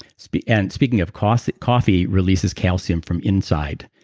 speaking and speaking of coffee, coffee releases calcium from inside,